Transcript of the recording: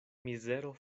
mizero